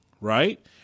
right